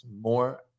more